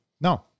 No